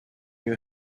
you